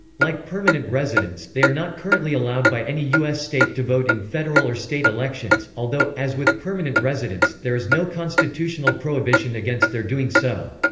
like permanent residents, they are not currently allowed by any u s. state to vote in federal or state elections, although, as with permanent residents, there is no constitutional prohibition against their doing so.